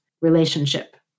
relationship